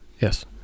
yes